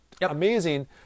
amazing